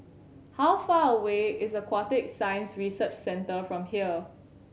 how far away is Aquatic Science Research Centre from here